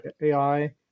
AI